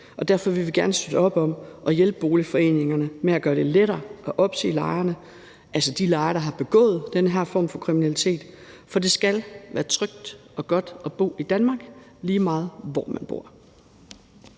derfor vil vi gerne støtte op om at hjælpe boligforeningerne med at gøre det lettere at opsige lejere, altså de lejere, der har begået den her form for kriminalitet, for det skal være trygt og godt at bo i Danmark, lige meget hvor man bor.